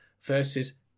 versus